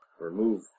remove